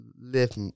live